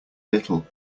little